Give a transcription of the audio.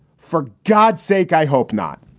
for god's sake? i hope not.